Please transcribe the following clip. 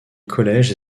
collèges